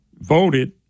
voted